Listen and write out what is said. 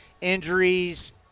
Injuries